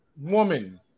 woman